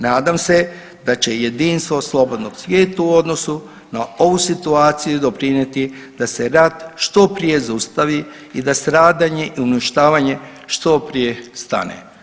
Nadam se da će i jedinstvo o slobodnog svijetu u odnosu na ovu situaciju doprinijeti da se rat što prije zaustavi i da stradanje i uništavanje što prije stane.